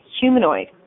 humanoid